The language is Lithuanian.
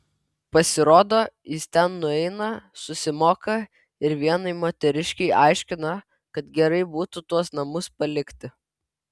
pasirodo jis ten nueina susimoka ir vienai moteriškei aiškina kad gerai būtų tuos namus palikti